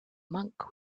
monk